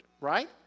right